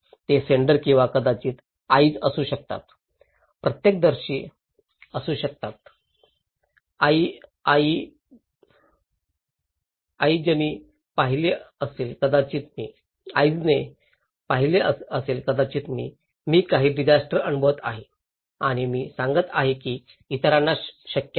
ते सेंडर किंवा कदाचित आईज असू शकतात प्रत्यक्षदर्शी असू शकतात आईजनी पाहिले असेल कदाचित मी मी काही डिजास्टर अनुभवत आहे आणि मी सांगत आहे की हे इतरांनाही शक्य आहे